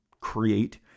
create